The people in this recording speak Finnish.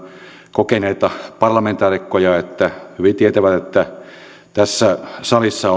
kokeneita parlamentaarikkoja että hyvin tietävät että tässä salissa